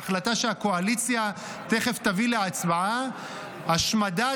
בהחלטה שהקואליציה תכף תביא להצבעה: השמדת